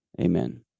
Amen